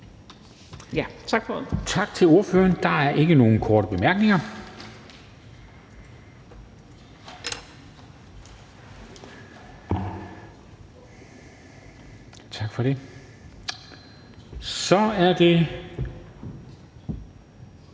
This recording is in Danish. Tak til ordføreren. Der er ikke nogen korte bemærkninger. Så er det